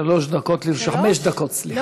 שלוש דקות, חמש דקות, סליחה.